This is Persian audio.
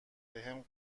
بهم